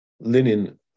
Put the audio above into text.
linen